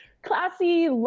classy